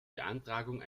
beantragung